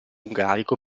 ungarico